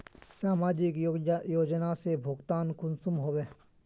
समाजिक योजना से भुगतान कुंसम होबे?